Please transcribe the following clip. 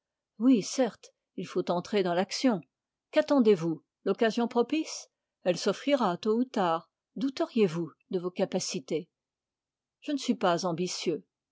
oui certes il faut entrer dans l'action qu'attendezvous l'occasion propice elle s'offrira tôt ou tard douteriez vous de vos capacités je ne suis pas ambitieux